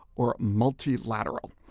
or multilateral.